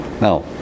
now